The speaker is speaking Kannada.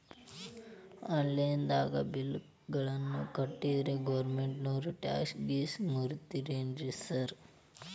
ಆನ್ಲೈನ್ ದಾಗ ಬಿಲ್ ಗಳನ್ನಾ ಕಟ್ಟದ್ರೆ ಗೋರ್ಮೆಂಟಿನೋರ್ ಟ್ಯಾಕ್ಸ್ ಗೇಸ್ ಮುರೇತಾರೆನ್ರಿ ಸಾರ್?